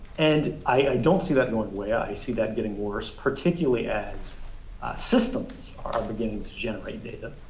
and i don't see that going away, i see that getting worse, particularly as systems are beginning to generate data,